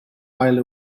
while